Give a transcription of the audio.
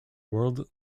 world